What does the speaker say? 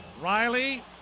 Riley